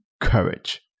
courage